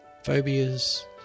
phobias